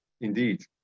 indeed